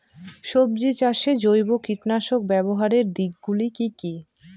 সবজি চাষে জৈব কীটনাশক ব্যাবহারের দিক গুলি কি কী?